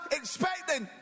expecting